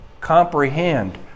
comprehend